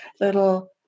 little